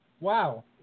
Wow